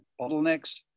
bottlenecks